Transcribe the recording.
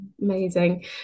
Amazing